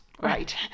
Right